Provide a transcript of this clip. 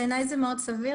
בעיניי, זה מאוד סביר.